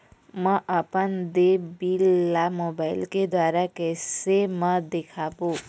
म अपन देय बिल ला मोबाइल के द्वारा कैसे म देखबो?